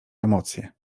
emocje